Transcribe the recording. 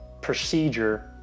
procedure